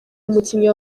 umukinnyi